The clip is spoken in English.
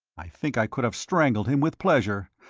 i think i could have strangled him with pleasure,